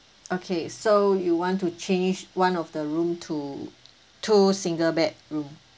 okay so you want to change one of the room to two single bed room